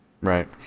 right